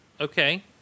okay